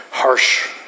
Harsh